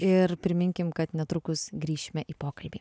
ir priminkim kad netrukus grįšime į pokalbį